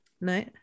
no